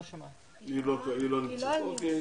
היא לא עונה.